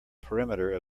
perimeter